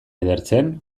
edertzen